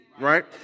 right